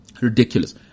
ridiculous